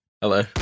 Hello